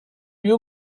you